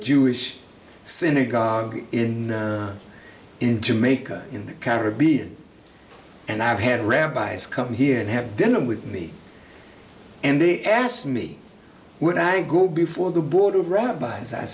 jewish synagogue in in jamaica in the caribbean and i had rabbis come here and have dinner with me and they asked me would i go before the board of rabbis i